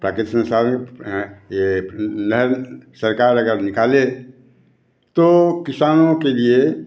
प्राकृतिक संसाधन ये नहर सरकार अगर निकाले तो किसानों के लिए